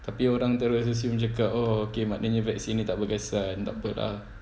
tapi orang terus rasa macam cakap oh K maknanya vaksin tak berkesan atau apa lah